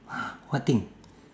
what thing